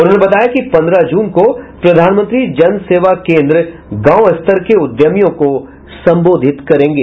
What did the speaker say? उन्होने बताया कि पन्द्रह जून को प्रधानमंत्री जन सेवा केन्द्र गांव स्तर के उद्यमियों को संबोधित करेंगे